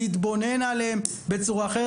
להתבונן עליהם בצורה אחרת.